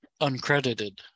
uncredited